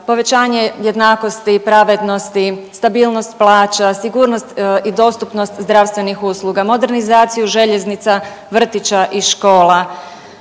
povećanje jednakosti, pravednosti, stabilnost plaća, sigurnost i dostupnost zdravstvenih usluga, modernizaciju željeznica, vrtića i škola.